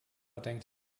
denkt